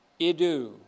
Idu